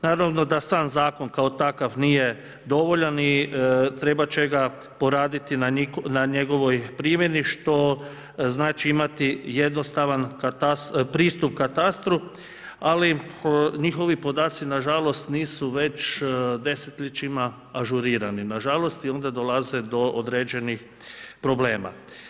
Naravno da sam zakon kao takav nije dovoljan i trebat će poraditi na njegovoj primjeni što znači imati jednostavan pristup katastru, ali njihovi podaci nažalost nisu već desetljećima ažurirani, nažalost i onda dolaze do određenih problema.